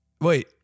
Wait